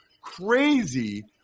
crazy